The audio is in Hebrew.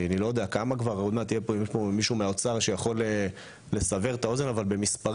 אולי מישהו פה מהאוצר יכול לסבר את האוזן במספרים,